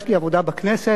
יש לי עבודה בכנסת,